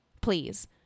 Please